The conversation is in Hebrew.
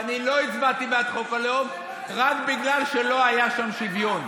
ואני לא הצבעתי בעד חוק הלאום רק בגלל שלא היה שם שוויון.